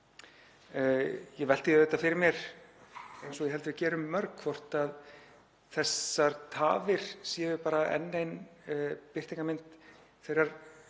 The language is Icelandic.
Ég velti því auðvitað fyrir mér, eins og ég held að við gerum mörg, hvort þessar tafir séu bara enn ein birtingarmynd þeirrar